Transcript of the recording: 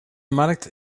markt